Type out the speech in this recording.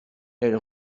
elle